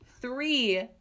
three